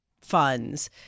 funds